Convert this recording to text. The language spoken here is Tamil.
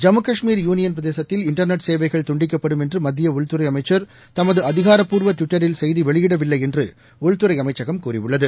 ஜம்மு காஷ்மீர் யூனியன் பிரதேசத்தில் இன்டர்நெட் சேவைகள் துண்டிக்கப்படும் என்று மத்திய உள்துறை அமைச்சர் தமது அதிகாரப்பூர்வ ட்விட்டரில் ஏதும் தெரிவிக்கவில்லை என்று உள்துறை அமைச்சகம் கூறியுள்ளது